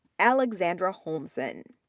alexandra holmsen,